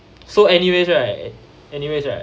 so anyways right anyways right